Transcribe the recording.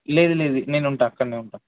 లేదు లేదు నేను ఉంటాను అక్కడనేే ఉంటాను